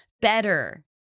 better